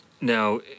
Now